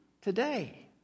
today